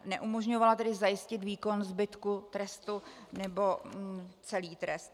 Neumožńovala tedy zajistit výkon zbytku trestu nebo celý trest.